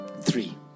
three